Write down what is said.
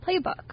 playbook